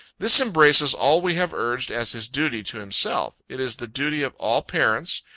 this embraces all we have urged as his duty to himself. it is the duty of all parents,